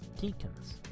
deacons